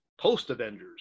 post-Avengers